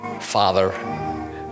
Father